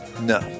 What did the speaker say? No